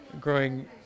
growing